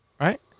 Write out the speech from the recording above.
Right